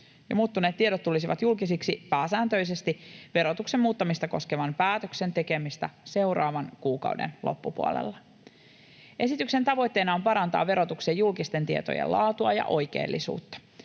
muuttuneet tiedot tulisivat julkisiksi pääsääntöisesti verotuksen muuttamista koskevan päätöksen tekemistä seuraavan kuukauden loppupuolella. Esityksen tavoitteena on parantaa verotuksen julkisten tietojen laatua ja oikeellisuutta.